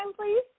please